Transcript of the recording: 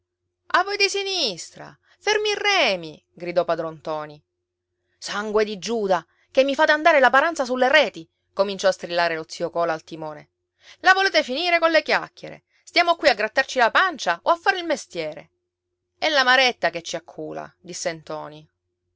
a voi di sinistra fermi i remi gridò padron ntoni sangue di giuda che mi fate andare la paranza sulle reti cominciò a strillare lo zio cola al timone la volete finire colle chiacchiere stiamo qui a grattarci la pancia o a fare il mestiere è la maretta che ci accula disse ntoni